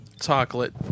chocolate